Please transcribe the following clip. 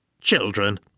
Children